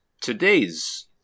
today's